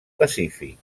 pacífic